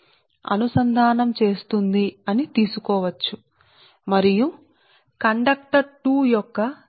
అంటే మేము ఫ్లక్స్ లైన్ను చేస్తేఈ కండక్టర్ 2 కేంద్రం వరకు అంతకు మించి కాదు ఈ కండక్టర్ యొక్క కేంద్రం వరకు అంతకు మించి కాదు మరియు ఇది మీ స్వచ్ఛమైన ఊహ